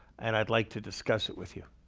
and i'd like to discuss it with you.